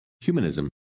Humanism